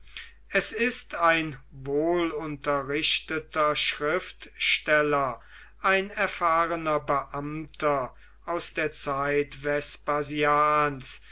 es ist ein wohlunterrichteter schriftsteller ein erfahrener beamter aus der zeit